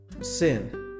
sin